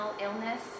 illness